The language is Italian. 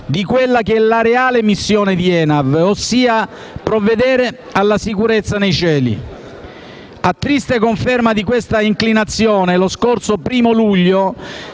di quella che è la reale missione di ENAV, ossia provvedere alla sicurezza nei cieli. A triste conferma di questa inclinazione, lo scorso 1° luglio